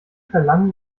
verlangen